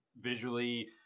visually